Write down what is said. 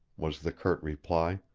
was the curt reply.